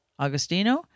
Augustino